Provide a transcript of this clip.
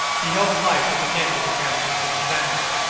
he held the light up again to the canvas and examined it.